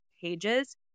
pages